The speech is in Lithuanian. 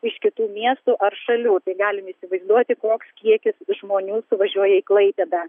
iš kitų miestų ar šalių tai galim įsivaizduoti koks kiekis žmonių suvažiuoja į klaipėdą